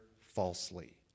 falsely